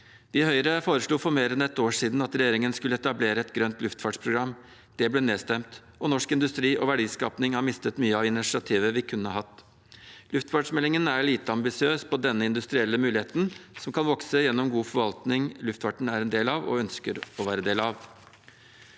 Vi i Høyre foreslo for mer enn ett år siden at regjeringen skulle etablere et grønt luftfartsprogram. Det ble nedstemt, og norsk industri og verdiskaping har mistet mye av initiativet vi kunne hatt. Luftfartsmeldingen er lite ambisiøs på denne industrielle muligheten, som kan vokse gjennom god forvaltning som luftfarten er en del av, og som de ønsker å være en del av.